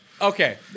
okay